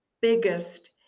biggest